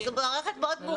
זו מערכת מאוד מורכבת.